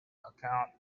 account